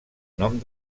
nom